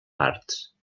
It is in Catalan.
parts